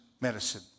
medicine